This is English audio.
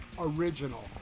original